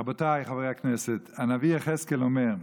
רבותיי חברי הכנסת, הנביא יחזקאל אומר: